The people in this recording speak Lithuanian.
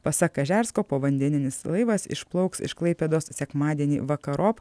pasak kažersko povandeninis laivas išplauks iš klaipėdos sekmadienį vakarop